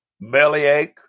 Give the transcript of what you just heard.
bellyache